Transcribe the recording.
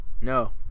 No